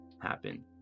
happen